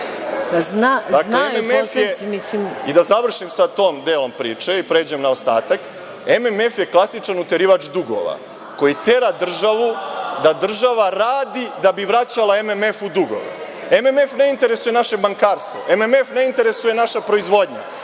Dakle, da završim sa tim delom priče i pređem na ostatak, MMF je klasičan uterivač dugova koji tera državu da država radi da bi vraćala MMF-u dugove. MMF ne interesuje naše bankarstvo, MMF ne interesuje naša proizvodnja,